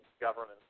government